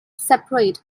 separate